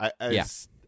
Yes